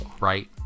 right